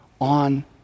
on